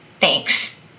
Thanks